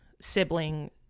sibling